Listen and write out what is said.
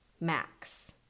Max